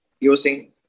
using